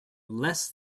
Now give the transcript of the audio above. less